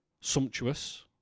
sumptuous